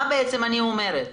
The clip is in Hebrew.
אני אומרת: